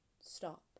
stop